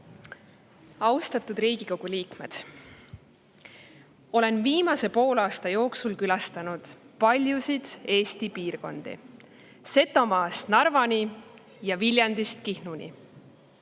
Austatud Riigikogu liikmed! Olen viimase poolaasta jooksul külastanud paljusid Eesti piirkondi, Setomaast Narvani ja Viljandist Kihnuni.